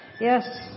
Yes